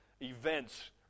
events